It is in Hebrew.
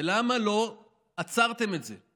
ולמה לא עצרתם את זה?